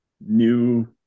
new